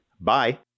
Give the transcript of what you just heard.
bye